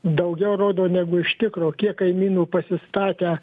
daugiau rodo negu iš tikro kiek kaimynų pasistatę